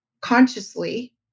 consciously